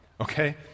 okay